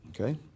okay